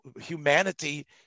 humanity